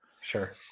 Sure